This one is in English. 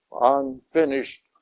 unfinished